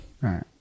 Right